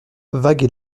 vague